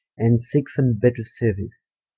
and seeke some better seruice